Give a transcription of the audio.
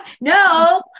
No